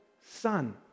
son